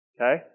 Okay